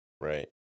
Right